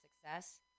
success